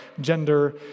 gender